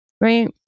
right